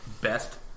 best